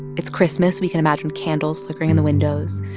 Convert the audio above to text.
it's christmas. we can imagine candles flickering in the windows.